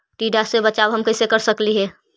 टीडा से बचाव हम कैसे कर सकली हे?